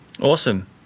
Awesome